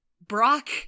Brock